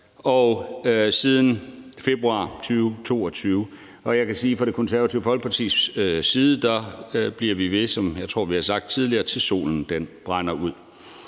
siden februar 2022. Jeg kan sige fra Det Konservative Folkepartis side, at vi, som jeg tror vi har sagt tidligere, bliver ved, til solen brænder ud.